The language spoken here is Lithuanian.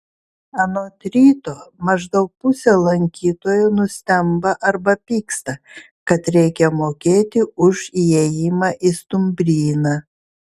anot ryto maždaug pusė lankytojų nustemba arba pyksta kad reikia mokėti už įėjimą į stumbryną